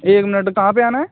एक मिनट कहाँ पर आना है